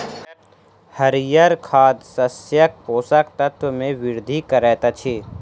हरीयर खाद शस्यक पोषक तत्व मे वृद्धि करैत अछि